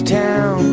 town